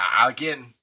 Again